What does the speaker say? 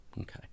Okay